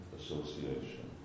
association